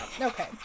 okay